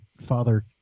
father